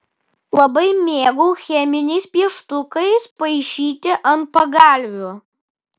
labai mėgau cheminiais pieštukais paišyti ant pagalvių